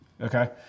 Okay